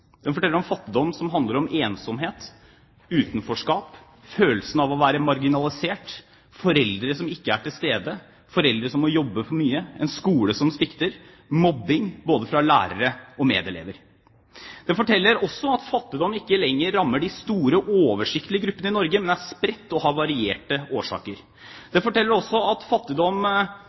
forteller om fattigdom som handler om ensomhet, utenforskap, følelsen av å være marginalisert, foreldre som ikke er til stede, foreldre som må jobbe mye, en skole som svikter, mobbing både fra lærere og medelever. Den forteller også at fattigdom ikke lenger rammer de store oversiktlige gruppene i Norge, men er spredt og har varierte årsaker. Den forteller også at fattigdom